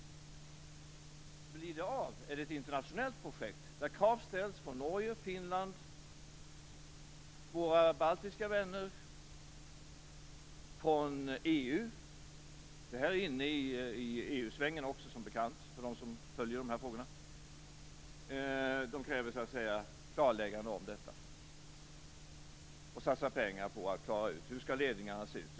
Blir det av är det ett internationellt projekt där krav ställs från Norge och Finland på baltiska vänner, från EU. Det här är inne i EU-svängen också, som bekant för dem som följer de här frågorna. Man kräver klarläggande av detta och satsar pengar på att klara ut hur ledningarna skall se ut.